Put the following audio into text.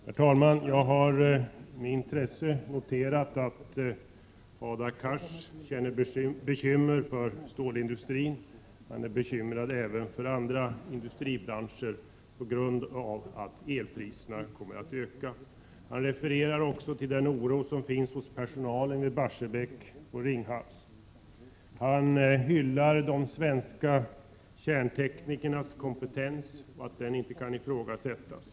Herr talman! Jag har med intresse noterat att Hadar Cars känner bekymmer för stålindustrin. Han är bekymrad även för andra industribranscher på grund av att elpriserna kommer att stiga. Han refererar också till den oro som finns hos personalen i Barsebäck och Ringhals. Han hyllar de svenska kärnteknikernas kompetens och menar att den inte kan ifrågasättas.